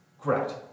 Correct